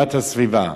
ושמירת הסביבה.